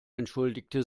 entschuldigte